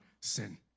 Sin